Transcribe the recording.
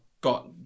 got